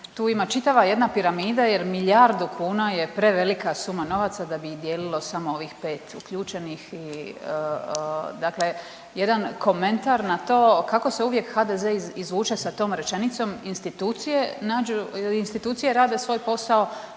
tu ima čitava jedna piramida jer milijardu kuna je prevelika suma novaca da bi ih dijelilo samo ovih 5 uključenih i dakle jedan komentar na to kako se uvijek HDZ izvuče sa tom rečenicom. Institucije nađu,